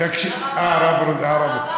אה, הרב רוזין.